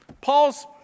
Paul's